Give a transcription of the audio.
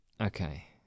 Okay